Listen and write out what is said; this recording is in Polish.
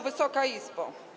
Wysoka Izbo!